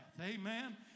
Amen